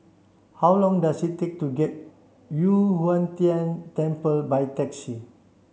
how long does it take to get Yu Huang Tian Temple by taxi